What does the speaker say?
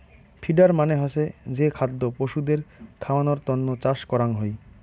feeder মানে হসে যে খাদ্য পশুদের খাওয়ানোর তন্ন চাষ করাঙ হই